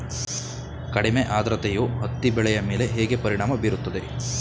ಕಡಿಮೆ ಆದ್ರತೆಯು ಹತ್ತಿ ಬೆಳೆಯ ಮೇಲೆ ಹೇಗೆ ಪರಿಣಾಮ ಬೀರುತ್ತದೆ?